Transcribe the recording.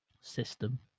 system